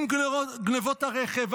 אם גנבות הרכב,